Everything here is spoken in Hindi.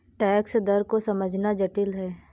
टैक्स दर को समझना जटिल है